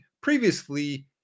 previously